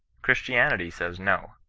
christianity says no.